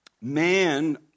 man